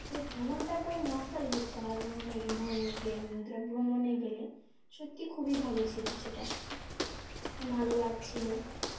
যে ভ্রমণটা করে মাছটা ধরতে হয় ভ্রমণে গিয়ে ভ্রমণে গেলে সত্যি খুবই ভালো ছিল সেটা ভালো লাগছিল